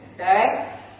okay